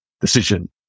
decision